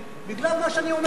בגלל מה שאני אומר לך.